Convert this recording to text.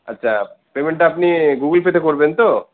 আচ্ছা পেমেন্টটা আপনি গুগল পেতে করবেন তো